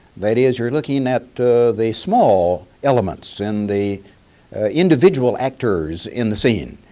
that is you're looking at the small elements and the individual actors in the scene.